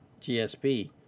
GSP